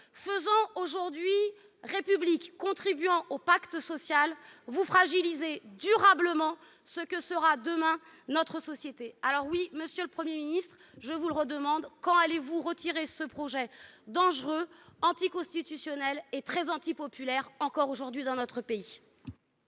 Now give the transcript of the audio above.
font aujourd'hui République et contribuent au pacte social, vous fragilisez durablement ce que sera, demain, notre société. Oui, monsieur le Premier ministre, je vous le redemande : quand allez-vous retirer ce projet dangereux, anticonstitutionnel et encore aujourd'hui très